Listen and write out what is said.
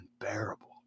unbearable